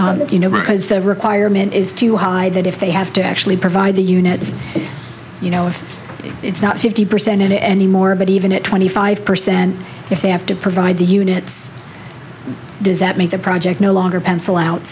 whatsoever you know because the requirement is too high that if they have to actually provide the units you know if it's not fifty percent it anymore but even at twenty five percent if they have to provide the units does that make the project no longer pencil out